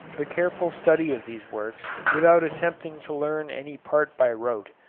the careful study of these works, without attempting to learn any part by rote,